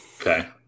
Okay